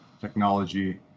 technology